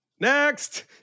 Next